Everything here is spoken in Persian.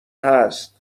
هست